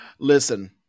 listen